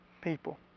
people